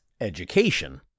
education